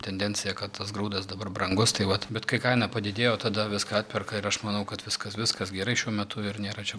tendencija kad tas grūdas dabar brangus tai vat bet kai kaina padidėjo tada viską atperka ir aš manau kad viskas viskas gerai šiuo metu ir nėra čia